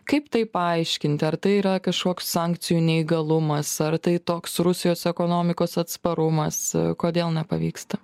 kaip tai paaiškinti ar tai yra kažkoks sankcijų neįgalumas ar tai toks rusijos ekonomikos atsparumas kodėl nepavyksta